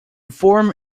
form